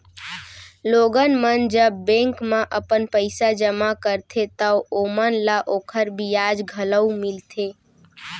लोगन मन जब बेंक म अपन पइसा जमा करथे तव ओमन ल ओकर बियाज घलौ मिलथे